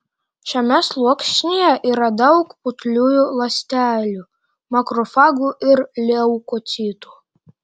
šiame sluoksnyje yra daug putliųjų ląstelių makrofagų ir leukocitų